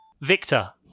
Victor